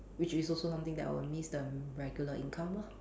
which is also something that I will miss the regular income lor